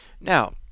now